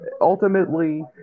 Ultimately